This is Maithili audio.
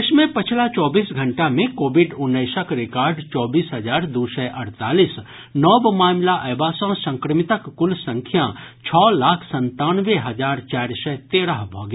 देश मे पछिल चौबीस घंटा मे कोविड उन्नैसक रिकॉर्ड चौबीस हजार दू सय अड़तालीस नव मामिला अयबा सँ संक्रमितक कुल संख्या छओ लाख संतानवे हजार चारि सय तेरह भऽ गेल